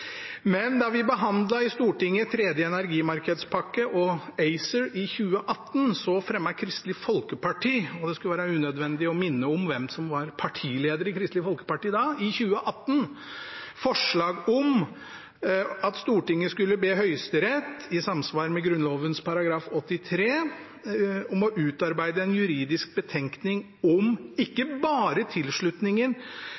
men når jeg hører på representantene fra regjeringspartiene i debatten, skjønner jeg at de i kraftige ordelag advarer mot det som det nå ser ut til å bli flertall for i Stortinget. Da vi behandlet i Stortinget tredje energimarkedspakke og ACER i 2018, fremmet Kristelig Folkeparti – og det skulle være unødvendig å minne om hvem som var partileder i Kristelig Folkeparti i 2018